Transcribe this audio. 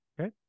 Okay